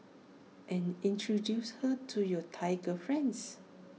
and introduce her to your Thai girlfriends